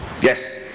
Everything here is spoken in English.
Yes